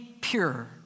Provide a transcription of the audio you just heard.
pure